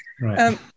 right